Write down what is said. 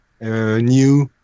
new